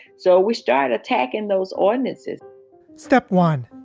so we started attacking those ordinances step one,